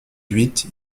huit